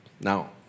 Now